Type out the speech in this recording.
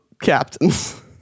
Captains